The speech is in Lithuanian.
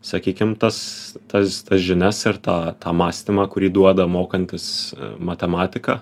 sakykim tas tas tas žinias ir tą tą mąstymą kurį duoda mokantis matematiką